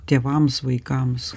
tėvams vaikams